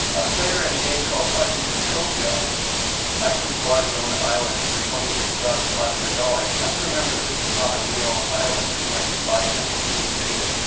a player in a game called project entropia actually bought his own island for twenty six thousand five hundred dollars. you have to remember that this is not a real island. he didn't actually buy anything, just some data.